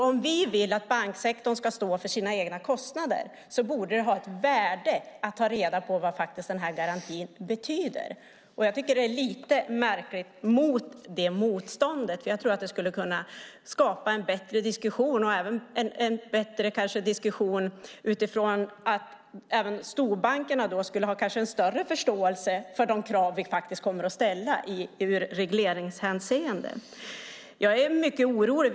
Om vi vill att banksektorn ska stå för sina egna kostnader borde det ha ett värde att ta reda på vad den här garantin betyder. Jag tycker att det är lite märkligt med det motståndet. Jag tror att det skulle skapa en bättre diskussion utifrån att storbankerna skulle få större förståelse för de krav som vi kommer att ställa ur regleringshänseende. Jag är mycket orolig.